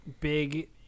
big